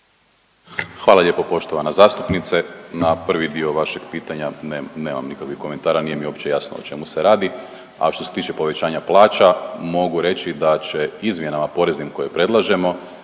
Hvala lijepo poštovana zastupnice. Na prvi dio vašeg pitanja nemam, nemam nikakvih komentara nije mi uopće jasno o čemu se radi, a što se tiče povećanja plaća mogu reći da će izmjenama poreznim koje predlažemo